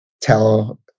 tell